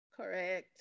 Correct